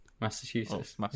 Massachusetts